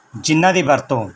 ਜਿਹਨਾਂ ਦੀ ਵਰਤੋਂ